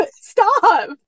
stop